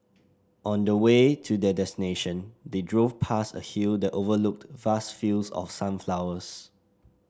on the way to their destination they drove past a hill that overlooked vast fields of sunflowers